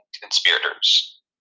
conspirators